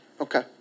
Okay